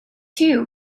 two